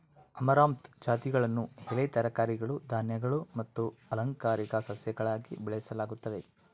amaranth ಜಾತಿಗಳನ್ನು ಎಲೆ ತರಕಾರಿಗಳು ಧಾನ್ಯಗಳು ಮತ್ತು ಅಲಂಕಾರಿಕ ಸಸ್ಯಗಳಾಗಿ ಬೆಳೆಸಲಾಗುತ್ತದೆ